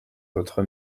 votre